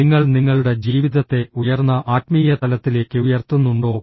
നിങ്ങൾ നിങ്ങളുടെ ജീവിതത്തെ ഉയർന്ന ആത്മീയ തലത്തിലേക്ക് ഉയർത്തുന്നുണ്ടോ